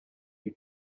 you